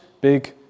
big